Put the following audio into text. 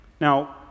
Now